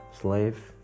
slave